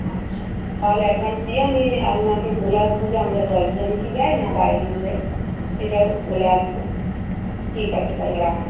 আচ্ছা তাহলে অ্যাডভান্স দিয়ে আমি আপনাকে বলে আসবো যে আমরা দশজন কি যাই না বারো জন যাই সেটাও বলে আসবো ঠিক আছে তাহলে রাখছি